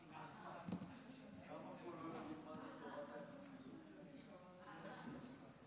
כבוד היושב-ראש, כנסת